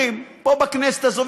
בכנסת הזאת,